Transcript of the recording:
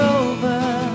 over